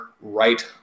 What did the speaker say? right